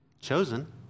chosen